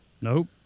Nope